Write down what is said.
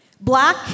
Black